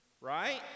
Right